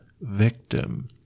victim